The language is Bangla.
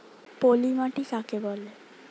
পলি মাটি কাকে বলে?